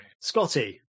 Scotty